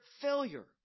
failure